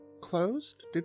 closed